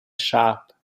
shop